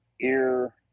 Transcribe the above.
ear